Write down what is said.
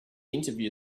interview